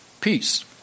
peace